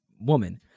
woman